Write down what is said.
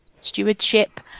stewardship